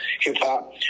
hip-hop